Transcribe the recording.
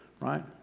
right